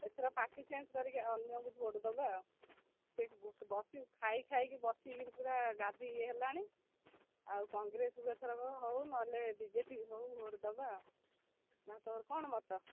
ଏଥର party change କରିକି ଅନ୍ୟକୁ ଭୋଟ୍ ଦବା ଆଉ ସେଠି ବସିକି ଖାଇ ଖାଇକି ବସିକିରି ପୁରା ଗାଦି ଇଏ ହେଲାଣି ଆଉ କଂଗ୍ରେସକୁ ଏଥର ହଉ ନହଲେ ବିଜେପିକୁ ହଉ ଭୋଟ୍ ଦେବା ଆଉ ନ ତୋର କ'ଣ ମତ